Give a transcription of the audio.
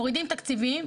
מורידים תקציבים,